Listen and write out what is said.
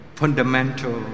fundamental